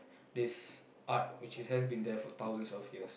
this art which has been there for thousands of years